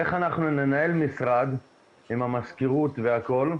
איך אנחנו ננהל משרד עם המזכירות והכל,